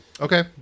Okay